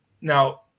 Now